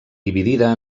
dividida